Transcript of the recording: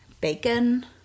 bacon